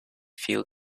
feel